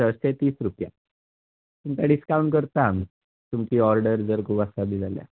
संयशे तीस रुपया तुमकां डिस्कावंट करतां आमी तुमची ओडर जर खूब आसा बी जाल्या